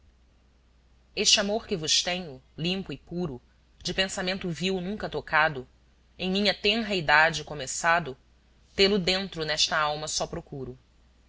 este amor que vos tenho limpo e puro de pensamento vil nunca tocado em minha tenra idade começado tê-lo dentro nesta alma só procuro